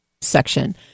section